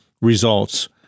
results